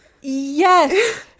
Yes